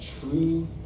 true